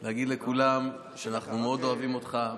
כדי להגיד לכולם שאנחנו מאוד אוהבים אותך,